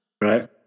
Right